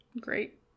Great